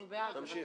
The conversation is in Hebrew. אנחנו בעד.